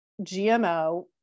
GMO